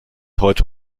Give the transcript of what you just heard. heute